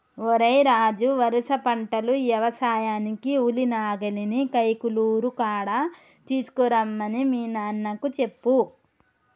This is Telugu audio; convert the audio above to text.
ఓరై రాజు వరుస పంటలు యవసాయానికి ఉలి నాగలిని కైకలూరు కాడ తీసుకురమ్మని మీ నాన్నకు చెప్పు